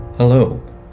Hello